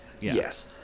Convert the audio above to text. Yes